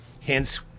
hence